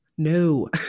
No